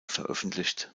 veröffentlicht